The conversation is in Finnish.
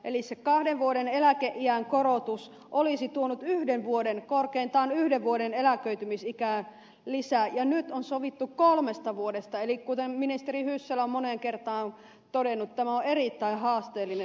se kahden vuoden eläkeiän korotus olisi tuonut korkeintaan yhden vuoden eläköitymisikään lisää ja nyt on sovittu kolmesta vuodesta eli kuten ministeri hyssälä moneen kertaan on todennut tämä on erittäin haasteellinen sopimus